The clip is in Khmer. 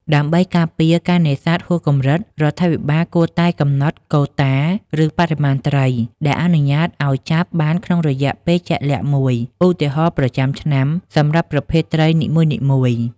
ដើម្បីការពារការនេសាទហួសកម្រិត រដ្ឋាភិបាលគួរតែកំណត់កូតា ឬបរិមាណត្រីដែលអនុញ្ញាតឲ្យចាប់បានក្នុងរយៈពេលជាក់លាក់មួយ ឧទាហរណ៍ ប្រចាំឆ្នាំ សម្រាប់ប្រភេទត្រីនីមួយៗ។